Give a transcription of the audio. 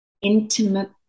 intimate